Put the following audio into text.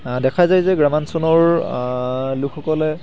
আ দেখা যায় যে গ্ৰামাঞ্চলৰ লোকসকলে